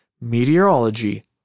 meteorology